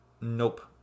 Nope